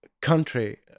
country